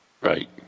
Right